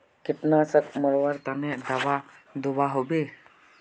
कीटनाशक मरवार तने दाबा दुआहोबे?